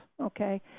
okay